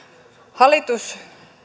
hallitus